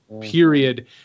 period